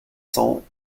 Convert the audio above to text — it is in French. cents